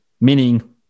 Meaning